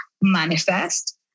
manifest